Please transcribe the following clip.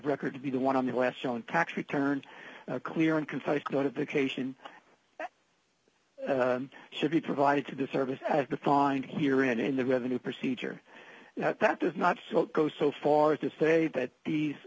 record to be the one on the last known tax return a clear and concise notification should be provided to the service as the find here in the revenue procedure that does not go so far as to say that these